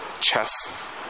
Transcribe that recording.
chess